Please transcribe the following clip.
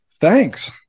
Thanks